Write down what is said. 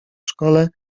szkole